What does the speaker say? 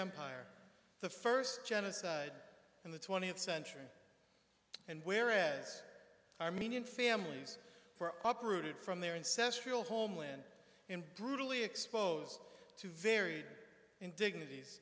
empire the first genocide in the twentieth century and whereas armenian families for up rooted from their ancestral homeland in brutally exposed to very indignities